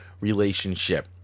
relationship